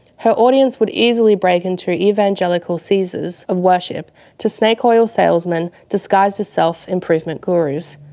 her audience would easily break into evangelical seizures of worship to snake-oil salesmen disguised as self-improvement gurus,